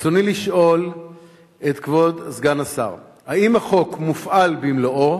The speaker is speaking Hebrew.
רצוני לשאול את כבוד סגן השר: 1. האם החוק מופעל במלואו?